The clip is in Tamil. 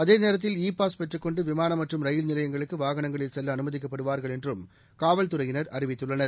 அதேநேரத்தில் இ பாஸ் பெற்றுக் கொண்டு விமானம் மற்றும் ரயில் நிலையங்களுக்கு வாகனங்களில் செல்ல அனுமதிக்கப்படுவார்கள் என்றும் காவல்துறையினர் அறிவித்துள்ளனர்